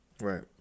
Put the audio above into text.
right